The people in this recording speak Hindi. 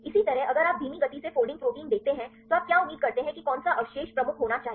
इसी तरह अगर आप धीमी गति से फोल्डिंग प्रोटीन देखते हैं तो आप क्या उम्मीद करते हैं कि कौन सा अवशेष प्रमुख होना चाहिए